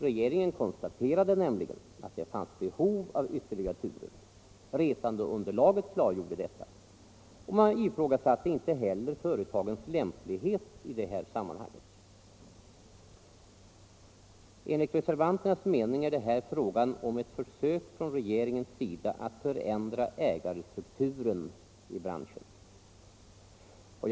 Regeringen konstaterade nämligen att det fanns behov av ytterligare turer. Resandeunderlaget klargjorde detta, och man ifrågasatte inte heller företagens lämplighet i detta sammanhang. Enligt reservanternas mening är det här fråga om ett försök från regeringens sida att förändra ägarstrukturen i branschen.